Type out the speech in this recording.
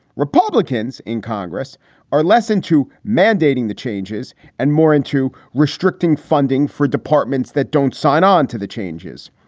republicans in congress are less than two, mandating the changes and more into restricting funding for departments that don't sign on to the changes.